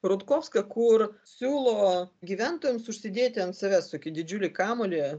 rutkovska kur siūlo gyventojams užsidėti ant savęs didžiulį kamuolį